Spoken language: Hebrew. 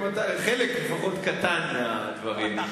לפחות בחלק קטן מהדברים?